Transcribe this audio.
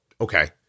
Okay